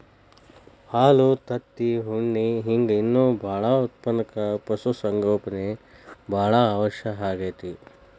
ಹಾಲು ತತ್ತಿ ಉಣ್ಣಿ ಹಿಂಗ್ ಇನ್ನೂ ಬಾಳ ಉತ್ಪನಕ್ಕ ಪಶು ಸಂಗೋಪನೆ ಬಾಳ ಅವಶ್ಯ ಆಗೇತಿ